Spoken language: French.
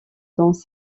dans